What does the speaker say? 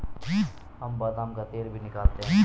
हम बादाम का तेल भी निकालते हैं